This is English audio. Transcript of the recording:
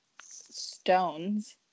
stones